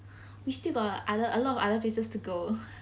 we still got other a lot of other places to go